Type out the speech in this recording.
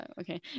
okay